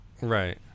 Right